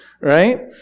right